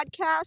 podcast